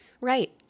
Right